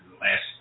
last